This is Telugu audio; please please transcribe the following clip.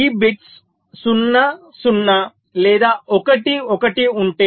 ఈ బిట్స్ 0 0 లేదా 1 1 ఉంటె